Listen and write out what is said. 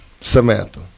Samantha